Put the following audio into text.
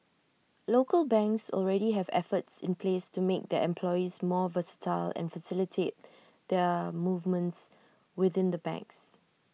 local banks already have efforts in place to make their employees more versatile and facilitate their movements within the banks